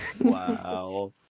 wow